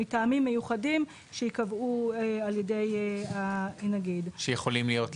מטעמים מיוחדים שייקבעו על ידי הנגיד -- אילו טעמים יכולים להיות,